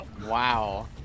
Wow